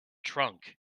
trunk